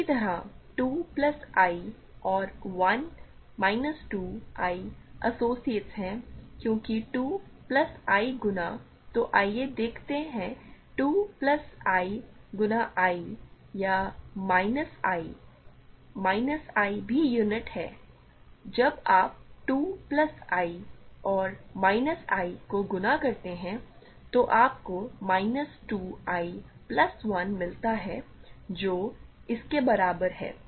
इसी तरह 2 plus i और 1 माइनस 2 i एसोसिएट्स हैं क्योंकि 2 प्लस i गुना तो आइए देखते हैं 2 प्लस i गुना i या माइनस i माइनस i भी यूनिट है जब आप 2 प्लस i और माइनस i को गुणा करते हैं तो आपको माइनस 2 i प्लस 1 मिलता है जो इसके बराबर है